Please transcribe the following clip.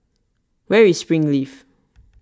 where is Springleaf